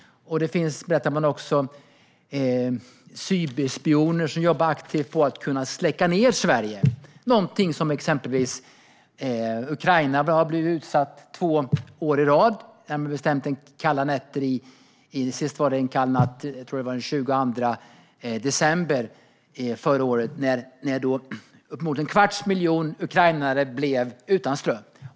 Man berättade också att det finns cyberspioner som jobbar aktivt på att kunna släcka ned Sverige, någonting som exempelvis Ukraina har blivit utsatt för två år i rad. Sist var det en kall natt förra året - jag tror att det var den 22 december - när uppemot en kvarts miljon ukrainare blev utan ström.